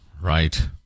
Right